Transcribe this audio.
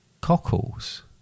cockles